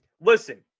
Listen